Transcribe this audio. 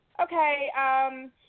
okay